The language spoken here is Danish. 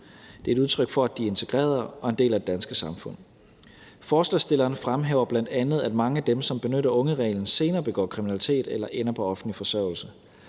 Det er et udtryk for, at de er integrerede og en del af det danske samfund. Forslagsstillerne fremhæver bl.a., at mange af dem, som benytter ungereglen, senere begår kriminalitet eller ender på offentlig forsørgelse.